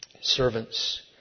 servants